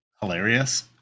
hilarious